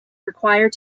required